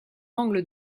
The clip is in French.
angle